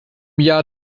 jahr